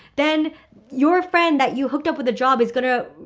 then your friend that you hooked up with the job is going to,